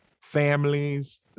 families